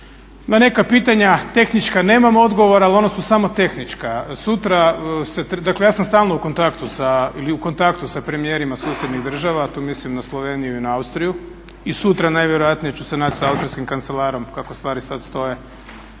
Na neka pitanja tehnička nemam odgovor, ali ona su samo tehnička. Sutra se, dakle ja sam stalno u kontaktu sa ili u kontaktu sa premijerima susjednih država, a tu mislim na Sloveniju i na Austriju i sutra najvjerojatnije ću se naći sa austrijskim kancelarom kako stvari sad stoje.